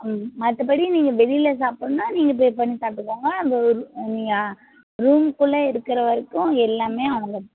ம் மற்றபடி நீங்கள் வெளியில் சாப்பிடணுன்னா நீங்க பே பண்ணி சாப்பிட்டுக்கோங்க நீங்கள் ரூம் குள்ளே இருக்கிற வரைக்கும் அங்கே எல்லாமே அவங்க தான்